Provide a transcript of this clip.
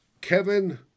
Kevin